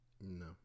No